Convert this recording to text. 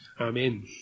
Amen